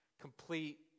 complete